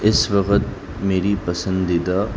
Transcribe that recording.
اس وقت میری پسندیدہ